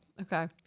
Okay